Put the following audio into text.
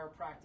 chiropractic